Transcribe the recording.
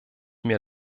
mehr